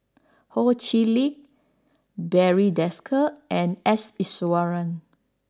Ho Chee Lick Barry Desker and S Iswaran